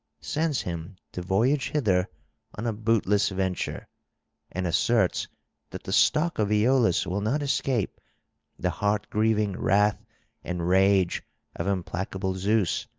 sends him to voyage hither on a bootless venture and asserts that the stock of aeolus will not escape the heart-grieving wrath and rage of implacable zeus,